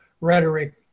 rhetoric